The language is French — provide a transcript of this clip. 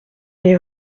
les